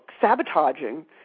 sabotaging